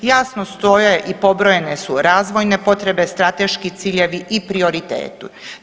Jasno stoje i pobrojene su razvojne potrebe, strateški ciljevi i prioriteti.